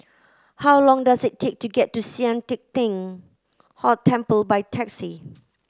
how long does it take to get to Sian Teck Tng Temple by taxi